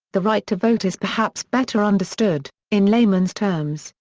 the right to vote is perhaps better understood, in layman's terms,